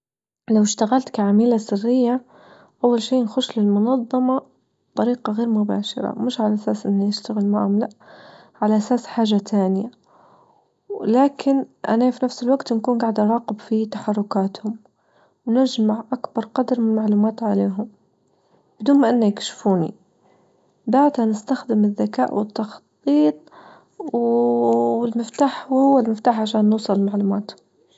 لو أشتغلت كعميلة سرية أول شيء نخش للمنظمة بطريقة غير مباشرة مش على أساس إني أشتغل معهم لا على أساس حاجة ثانية، ولكن أنا في نفس الوقت نكون جاعدة نراقب في تحركاتهم ونجمع أكبر قدر من معلومات عليهم بدون ما أنه يكشفوني، بعدها نستخدم الذكاء والتخطيط والمفتاح هو المفتاح عشان نوصل للمعلومات.